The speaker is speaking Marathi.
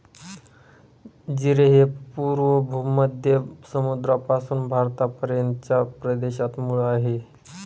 जीरे हे पूर्व भूमध्य समुद्रापासून भारतापर्यंतच्या प्रदेशात मूळ आहे